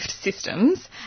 systems